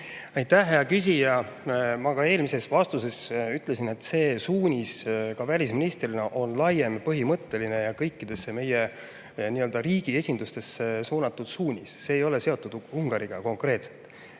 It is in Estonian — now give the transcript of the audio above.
Aitäh, hea küsija! Ma eelmises vastuses ütlesin, et see suunis välisministrilt on laiem, põhimõtteline ja kõikidesse meie riigi esindustesse suunatud, see ei ole seotud Ungariga konkreetselt.